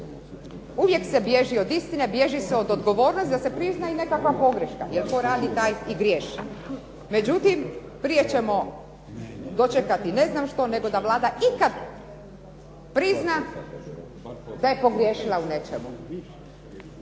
Uvijek se bježi od istine, bježi se od odgovornosti da se prizna i nekakva pogreška jer tko radi taj i griješi. Međutim, prije ćemo dočekati ne znam što nego da Vlada ikad prizna da je pogriješila u nečemu.